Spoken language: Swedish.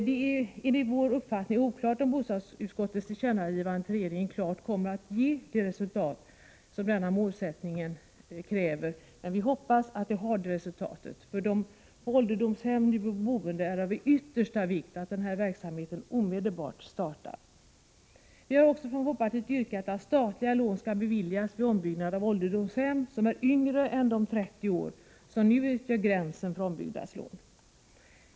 Det är enligt vår uppfattning oklart om bostadsutskottets tillkännagivande till regeringen klart kommer att resultera i att denna målsättning uppfylls, men vi hoppas att det får det resultatet. För de på ålderdomshem nu boende är det av yttersta vikt att denna verksamhet omedelbart startar. Vi har också från folkpartiet yrkat att statliga lån skall beviljas vid ombyggnad av ålderdomshem som är yngre än de 30 år som nu utgör gränsen för ombyggnadslån.